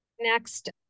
Next